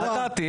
ידעתי.